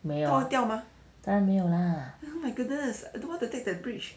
没有 ah 当然没有 lah